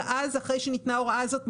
אבל אחרי שניתנה ההוראה הזאת,